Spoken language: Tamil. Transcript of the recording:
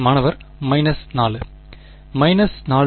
மாணவர் 4